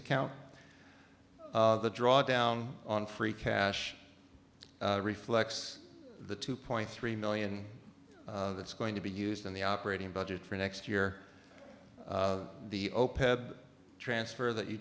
account the drawdown on free cash reflects the two point three million that's going to be used in the operating budget for next year the open transfer that you